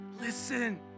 listen